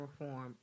reform